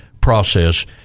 process